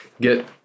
get